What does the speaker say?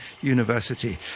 University